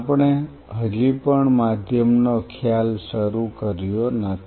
આપણે હજી પણ માધ્યમનો ખ્યાલ શરૂ કર્યો નથી